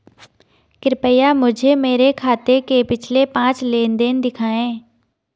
कृपया मुझे मेरे खाते के पिछले पांच लेन देन दिखाएं